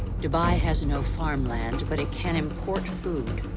dubai has no farmland, but it can import food.